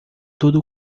tudo